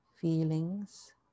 feelings